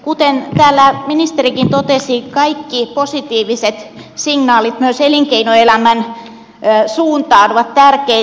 kuten täällä ministerikin totesi kaikki positiiviset signaalit myös elinkeinoelämän suuntaan ovat tärkeitä